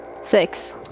Six